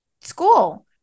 school